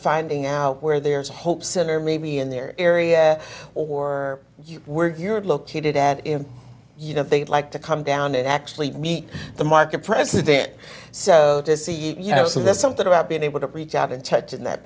finding out where there's hope center maybe in their area or you where you are located at if you know they'd like to come down and actually meet the market president so to see you know is there something about being able to reach out and touch in that